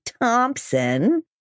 Thompson